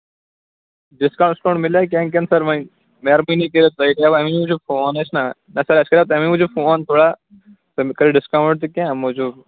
discount وِسکاوُنٛٹ میلیٛاہ کیٚنٛہہ کِنہٕ وۅنۍ میٚہربٲنی کٔرِتھ تۄہہِ کوٚروٕ اَمی موٗجوٗب فون اَسہِ نا اَسہِ کَریو تَمے موٗجوٗب فون تھوڑا یہِ کرِ ڈِسکاوُنٛٹ تہِ کیٚنٛہہ اَمہِ موٗجوٗب